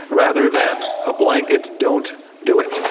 rather than a blanket, don't do it?